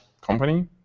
company